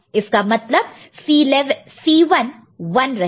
इसका मतलब C1 1 रहेगा